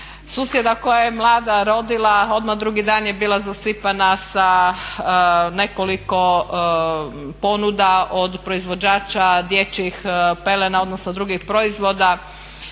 Susjeda koja je mlada rodila odmah drugi dan je bila zasipana sa nekoliko ponuda od proizvođača dječjih pelena, odnosno drugih proizvoda.